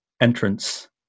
entrance